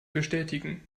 bestätigen